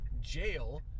jail